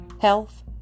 health